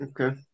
Okay